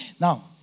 Now